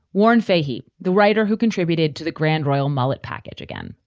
warren fahey, the writer who contributed to the grand royal mullet package, again,